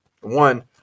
one